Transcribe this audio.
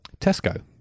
Tesco